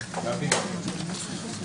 (הישיבה נפסקה בשעה 12:00